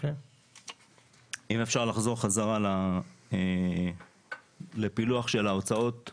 אנחנו ערים להערות שהוועדה העירה,